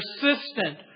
persistent